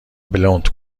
بلوند